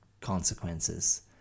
consequences